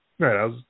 Right